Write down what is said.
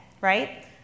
right